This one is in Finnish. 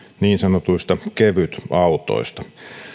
niin sanotuista kevytautoista